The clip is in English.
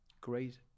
great